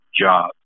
job